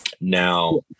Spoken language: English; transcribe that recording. Now